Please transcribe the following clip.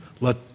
let